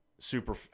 Super